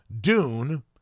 Dune